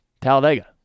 Talladega